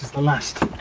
last,